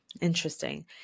interesting